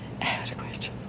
Adequate